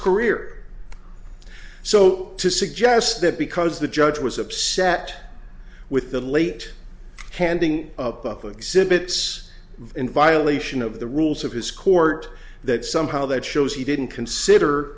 career so to suggest that because the judge was upset with the late handing up of sivits in violation of the rules of his court that somehow that shows he didn't consider